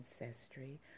ancestry